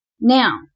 Now